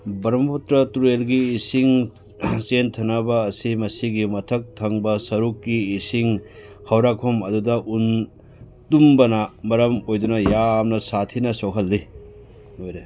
ꯕ꯭ꯔꯝꯍꯄꯨꯇ꯭ꯔ ꯇꯨꯔꯦꯜꯒꯤ ꯏꯁꯤꯡ ꯆꯦꯟꯊꯅꯕ ꯑꯁꯤ ꯃꯁꯤꯒꯤ ꯃꯊꯛ ꯊꯪꯕ ꯁꯔꯨꯛꯀꯤ ꯏꯁꯤꯡ ꯍꯧꯔꯛꯐꯝ ꯑꯗꯨꯗ ꯎꯟ ꯇꯨꯡꯕꯅ ꯃꯔꯝ ꯑꯣꯏꯗꯨꯅ ꯌꯥꯝꯅ ꯁꯥꯊꯤꯅ ꯁꯣꯛꯍꯜꯂꯤ ꯂꯣꯏꯔꯦ